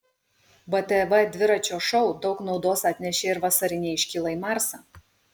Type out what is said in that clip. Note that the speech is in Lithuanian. btv dviračio šou daug naudos atnešė ir vasarinė iškyla į marsą